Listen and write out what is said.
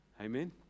Amen